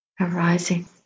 arising